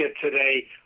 today